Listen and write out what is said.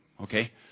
Okay